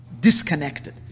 disconnected